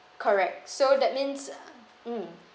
correct so that means mm